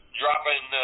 dropping